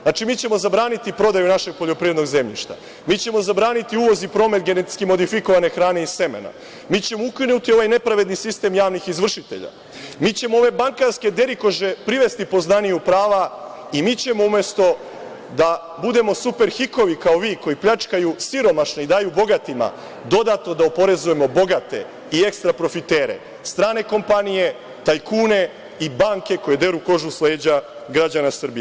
Znači, mi ćemo zabraniti prodaju našeg poljoprivrednog zemljišta, mi ćemo zabraniti uvoz i promet GMO hrane i semena, mi ćemo ukinuti ovaj nepravedni sistem javnih izvršitelja, mi ćemo ove bankarske derikože privesti pozdaniju prava i mi ćemo umesto da budemo super hikovi, kao vi koji pljačkaju siromašne i daju bogatima, dodatno da oporezujemo bogate i ekstra profitere, strane kompanije, tajkune i banke koje deru kožu s leđa građana Srbije.